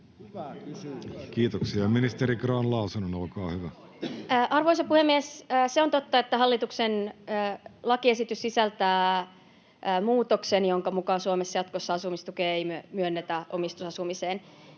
Aittakumpu kesk) Time: 16:53 Content: Arvoisa puhemies! Se on totta, että hallituksen lakiesitys sisältää muutoksen, jonka mukaan Suomessa ei jatkossa asumistukea myönnetä omistusasumiseen.